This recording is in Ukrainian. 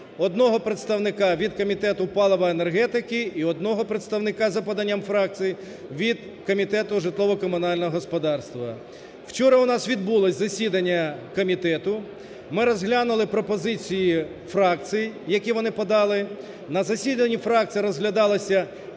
одного представника – від комітету палива, енергетики і одного представника, за поданням фракцій, – від комітету житлово-комунального господарства. Вчора у нас відбулося засідання комітету. Ми розглянули пропозиції фракцій, які вони подали. На засіданні фракцій розглядалися